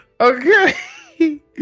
Okay